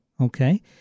Okay